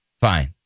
Fine